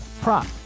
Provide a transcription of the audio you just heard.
prop